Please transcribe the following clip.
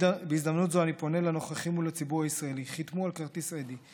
בהזדמנות זו אני פונה לנוכחים ולציבור הישראלי: חתמו על כרטיס אדי.